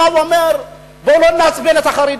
והוא אומר: בואו לא נעצבן את החרדים.